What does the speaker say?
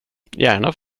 gärna